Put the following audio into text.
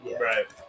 right